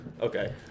okay